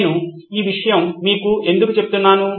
నేను ఈ విషయం మీకు ఎందుకు చెప్తున్నాను